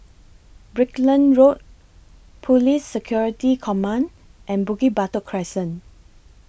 Brickland Road Police Security Command and Bukit Batok Crescent